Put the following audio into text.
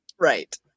right